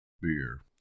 beer